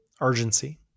urgency